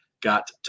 got